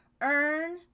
earn